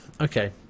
okay